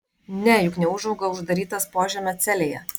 ne juk neūžauga uždarytas požemio celėje